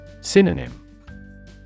Synonym